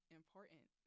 important